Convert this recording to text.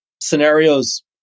scenarios